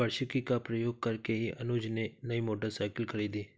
वार्षिकी का प्रयोग करके ही अनुज ने नई मोटरसाइकिल खरीदी